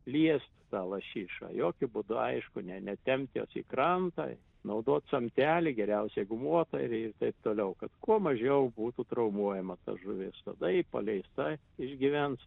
liest tą lašišą jokiu būdu aišku ne netempt jos į krantą naudoti samtelį geriausia gumbuotą ir taip toliau kad kuo mažiau būtų traumuojama ta žuvis tada ji paleista išgyvens